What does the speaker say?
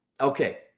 Okay